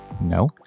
No